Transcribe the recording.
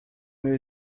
meu